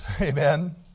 Amen